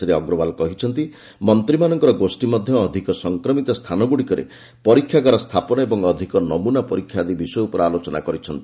ଶ୍ରୀ ଅଗ୍ରୱାଲ କହିଛନ୍ତି ମନ୍ତ୍ରୀମାନଙ୍କର ଗୋଷୀ ମଧ୍ୟ ଅଧିକ ସଂକ୍ରମିତ ସ୍ଥାନଗ୍ରଡ଼ିକରେ ପରୀକ୍ଷାଗାର ସ୍ଥାପନ ଓ ଅଧିକ ନମୁନା ପରୀକ୍ଷା ଆଦି ବିଷୟ ଉପରେ ଆଲୋଚନା କରିଛନ୍ତି